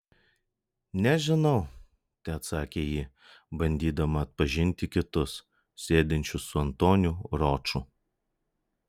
nežinau teatsakė ji bandydama atpažinti kitus sėdinčius su antoniu roču